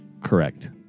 Correct